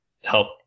help